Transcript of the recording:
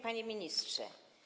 Panie Ministrze!